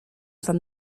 from